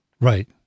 Right